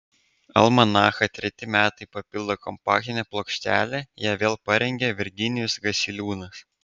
almanachą treti metai papildo kompaktinė plokštelė ją vėl parengė virginijus gasiliūnas